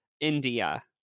India